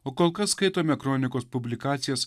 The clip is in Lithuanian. o kol kas skaitome kronikos publikacijas